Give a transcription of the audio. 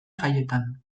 jaietan